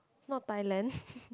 not Thailand